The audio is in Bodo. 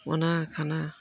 अना खाना